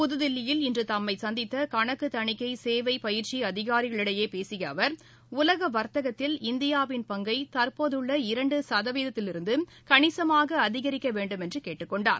புதுதில்லியில் இன்று தம்மை சந்தித்த கணக்கு தணிக்கை சேவை பயிற்சி அதிகாரிகளிடையே பேசிய அவர் உலக வர்த்தகத்தில் இந்தியாவின் பங்கை தற்போதுள்ள இரண்டு சதவீதத்திலிருந்து கணிசமாக அதிகரிக்க வேண்டுமென்று கேட்டுக் கொண்டார்